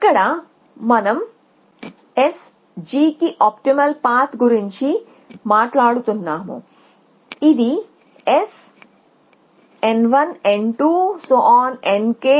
ఇక్కడ మనం S G కి ఆప్టిమల్ పాత్ గురించి మాట్లాడు తున్నాము ఇది S n1 n2